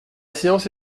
séance